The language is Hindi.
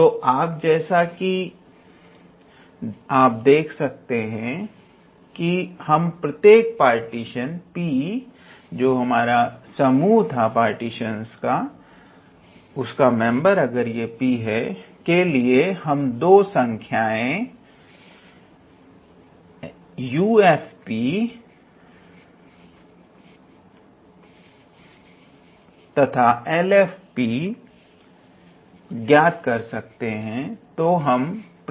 तो आप देख सकते हैं कि हम प्रत्येक पार्टीशन 𝑃∈℘𝑎𝑏 के लिए दो संख्याएं U P f तथा L P f ज्ञात कर सकते हैं